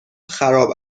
خراب